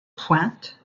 pointe